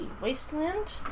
Wasteland